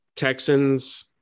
Texans